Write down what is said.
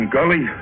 Gully